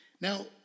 Now